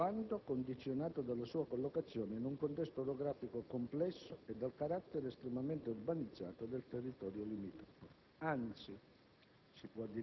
in quanto «condizionato dalla sua collocazione in un contesto orografico complesso e dal carattere estremamente urbanizzato del territorio limitrofo». Anzi,